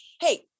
hey